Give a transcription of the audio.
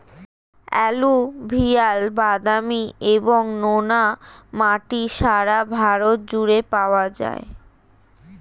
alluvial, বাদামি এবং নোনা মাটি সারা ভারত জুড়ে পাওয়া যায়